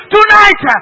Tonight